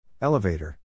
Elevator